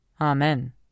Amen